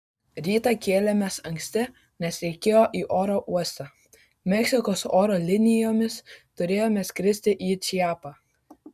rytą kėlėmės anksti nes reikėjo į oro uostą meksikos oro linijomis turėjome skristi į čiapą